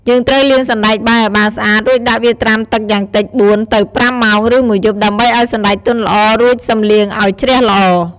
យើងត្រូវលាងសណ្តែកបាយឱ្យបានស្អាត រួចដាក់វាត្រាំទឹកយ៉ាងតិច ៤-៥ ម៉ោង ឬមួយយប់ ដើម្បីឱ្យសណ្ដែកទន់ល្អ រួចសិមលាងឱ្យជ្រះល្អ។